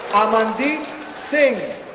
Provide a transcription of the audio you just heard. amandeep singh